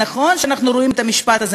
נכון שאנחנו רואים את הביטוי הזה,